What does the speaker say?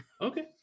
Okay